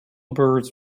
birds